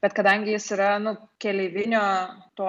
bet kadangi jis yra nu keleivinio to